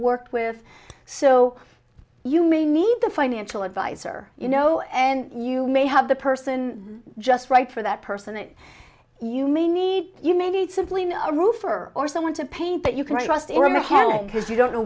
worked with so you may need the financial advisor you know and you may have the person just right for that person that you may need you may need simply a roofer or someone to paint that you can trust in the head because you don't know